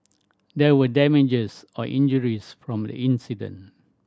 there were damages or injuries from the incident